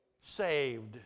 saved